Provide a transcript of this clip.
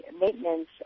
maintenance